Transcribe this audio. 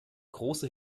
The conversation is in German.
große